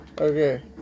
okay